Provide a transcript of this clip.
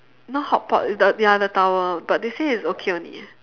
not hotpot it's the ya the tower but they say it's okay only eh